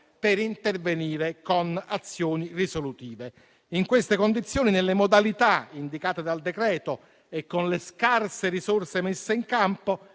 per intervenire con azioni risolutive. In queste condizioni, nelle modalità indicate dal decreto-legge e con le scarse risorse messe in campo,